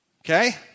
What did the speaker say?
Okay